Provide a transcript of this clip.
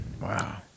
Wow